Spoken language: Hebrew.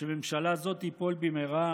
שהממשלה הזאת תיפול במהרה